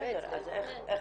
איך אפשר.